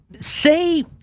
say